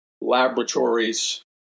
Laboratories